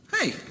hey